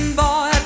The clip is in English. boy